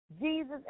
Jesus